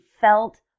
felt